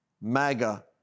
MAGA